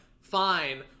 fine